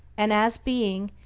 and as being,